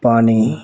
ਪਾਣੀ